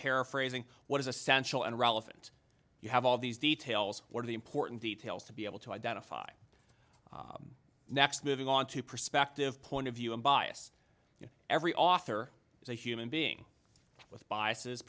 paraphrasing what is essential and relevant you have all these details or the important details to be able to identify next moving on to perspective point of view and bias you know every author is a human being with biases